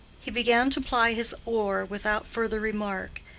he began to ply his oar without further remark,